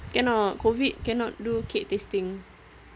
cannot COVID cannot do cake tasting